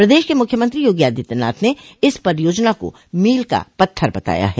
प्रदेश के मुख्यमंत्री योगी आदित्यनाथ ने इस परियोजना को मील का पत्थर बताया है